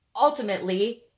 ultimately